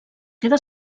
queda